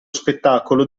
spettacolo